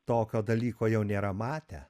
tokio dalyko jau nėra matę